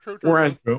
Whereas